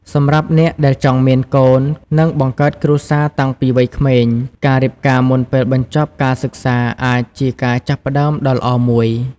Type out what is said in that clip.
សម្រាប់អ្នកដែលចង់មានកូន និងបង្កើតគ្រួសារតាំងពីវ័យក្មេង ការរៀបការមុនពេលបញ្ចប់ការសិក្សាអាចជាការចាប់ផ្តើមដ៏ល្អមួយ។